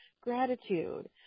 gratitude